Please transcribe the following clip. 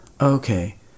Okay